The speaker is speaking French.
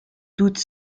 doute